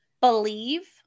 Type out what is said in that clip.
believe